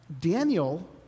Daniel